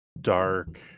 dark